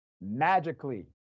magically